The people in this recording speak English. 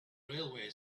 railway